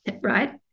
right